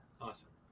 Awesome